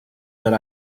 that